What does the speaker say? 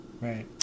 Right